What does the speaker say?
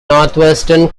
northwestern